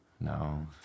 No